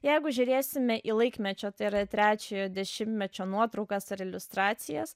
jeigu žiūrėsime į laikmečio tai yra į trečiojo dešimtmečio nuotraukas ar iliustracijas